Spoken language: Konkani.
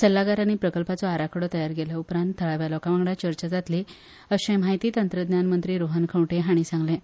सल्लागारांनी प्रकल्पाचो आराखडो तयार केल्या उपरांत थळाव्या लोकांवांगडा चर्चा जातली अशें माहिती तंत्रज्ञान मंत्री रोहन खंवटे हांणी सांगलें